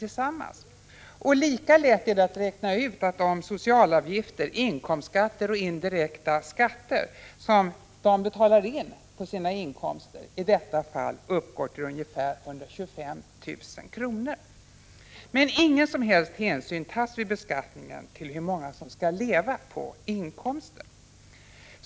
Lika lätt är det att räkna ut att de socialavgifter, inkomstskatter och indirekta skatter som betalas in på deras inkomster i detta fall uppgår till ungefär 125 000 kr. Vid beskattningen tas dock ingen som helst hänsyn till hur många som skall leva på inkomsten.